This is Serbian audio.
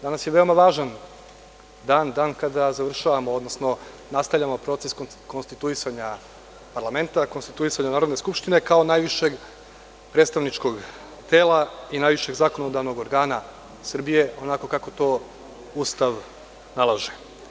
Danas je veoma važan dan, dan kada završavamo, odnosno nastavljamo proces konstituisanja parlamenta, konstituisanja Narodne skupštine kao najvišeg predstavničkog tela i najvišeg zakonodavnog organa Srbije, onako kako to Ustav nalaže.